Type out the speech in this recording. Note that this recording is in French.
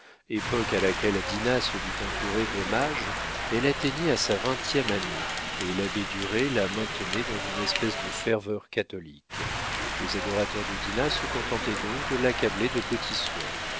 époque à laquelle dinah se vit entourée d'hommages elle atteignait à sa vingtième année et l'abbé duret la maintenait dans une espèce de ferveur catholique les adorateurs de dinah se contentaient donc de l'accabler de petits soins